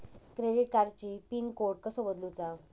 Credit कार्डची pin code कसो बदलुचा?